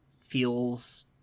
feels